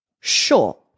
Sure